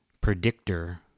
predictor